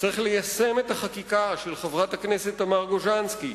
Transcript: צריך ליישם את החקיקה של חברת הכנסת תמר גוז'נסקי,